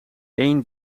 eén